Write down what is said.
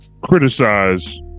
criticize